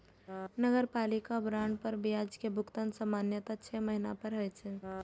नगरपालिका बांड पर ब्याज के भुगतान सामान्यतः छह महीना पर होइ छै